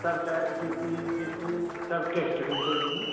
सबटा B C D C सबटा test होइत छै ओहिमे